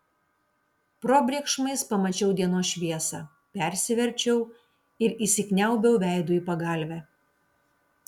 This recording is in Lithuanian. probėgšmais pamačiau dienos šviesą persiverčiau ir įsikniaubiau veidu į pagalvę